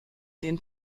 den